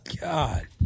God